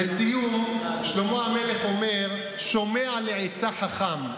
לסיום, שלמה המלך אומר: "שומע לעצה חכם".